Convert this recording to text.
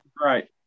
Right